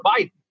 Biden